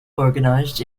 organized